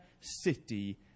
city